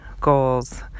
goals